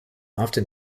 often